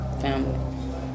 family